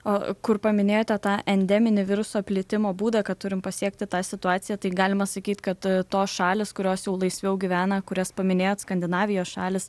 o kur paminėjote tą endeminį viruso plitimo būdą kad turim pasiekti tą situaciją tai galima sakyt kad tos šalys kurios jau laisviau gyvena kurias paminėjot skandinavijos šalys